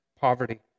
poverty